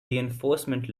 reinforcement